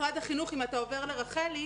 אם אתה עובר לרחלי,